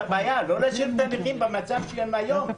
הבעיה ולא להשאיר את הנכים במצב שהם היום.